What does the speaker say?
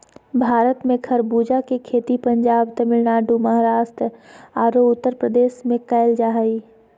भारत में खरबूजा के खेती पंजाब, तमिलनाडु, महाराष्ट्र आरो उत्तरप्रदेश में कैल जा हई